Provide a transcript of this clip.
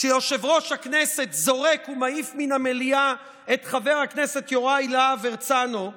כשיושב-ראש הכנסת זורק ומעיף מן המליאה את חבר הכנסת יוראי להב הרצנו,